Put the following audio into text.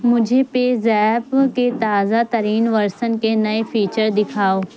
مجھے پیزیپ کے تازہ ترین ورسن کے نئے فیچر دکھاؤ